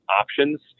options